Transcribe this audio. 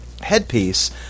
headpiece